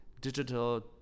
digital